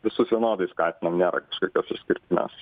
visus vienodai skatinam nėra kažkokios išskirtinės